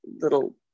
little